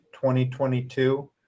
2022